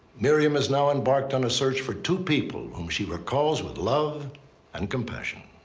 miriam has now embarked on a search for two people whom she recalls with love and compassion.